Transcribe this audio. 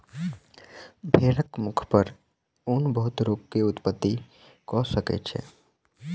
भेड़क मुख पर ऊन बहुत रोग के उत्पत्ति कय सकै छै